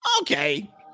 Okay